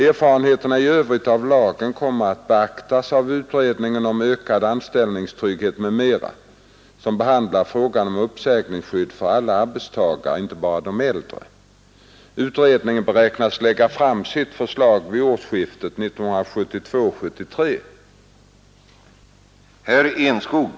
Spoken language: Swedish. Erfarenheterna i övrigt av lagen kommer att beaktas av utredningen om ökad anställningstrygghet m.m., som behandlar frågan om uppsägningsskydd för alla arbetstagare, inte bara de äldre. Utredningen beräknas lägga fram sitt förslag vid årsskiftet 1972-1973.